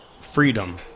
Freedom